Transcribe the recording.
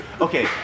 Okay